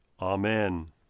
Amen